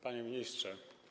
Panie Ministrze!